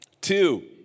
Two